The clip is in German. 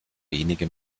wenige